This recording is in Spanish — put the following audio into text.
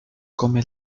come